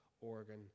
organ